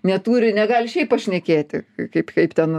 neturi negali šiaip pašnekėti kaip kaip ten